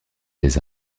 des